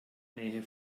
nähe